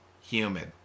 humid